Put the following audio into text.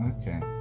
okay